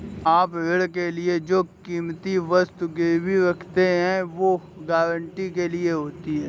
आप ऋण के लिए जो कीमती वस्तु गिरवी रखते हैं, वो गारंटी के लिए होती है